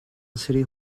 city